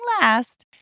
last